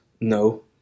No